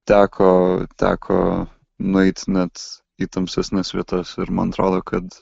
teko teko nueit net į tamsesnes vietas ir man atrodo kad